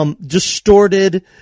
distorted